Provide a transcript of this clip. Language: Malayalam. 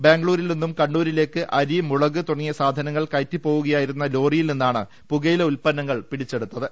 ബാംഗ്ലൂ രിൽ നിന്നും കണ്ണൂരിലേക്ക് അരി മുളക് തുടങ്ങിയ സാധനങ്ങൾ കയറ്റിപോക്ടുകയായിരുന്ന ലോറിയിൽ നിന്നാണ് പുകയില ഉൽപ്പ ന്നങ്ങൾ പിടിച്ചെടുത്തത്